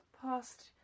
past